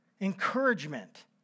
encouragement